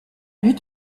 but